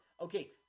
Okay